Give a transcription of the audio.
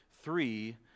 Three